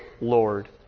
Lord